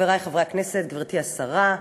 חברי חברי הכנסת, גברתי השרה,